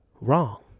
wrong